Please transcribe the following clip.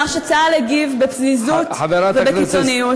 הוא אמר שצה"ל הגיב בפזיזות ובקיצוניות.